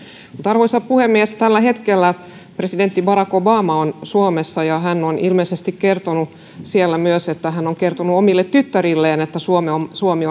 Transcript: arvoisa puhemies tällä hetkellä presidentti barack obama on suomessa ja hän on ilmeisesti kertonut siellä että hän on kertonut omille tyttärilleen että suomi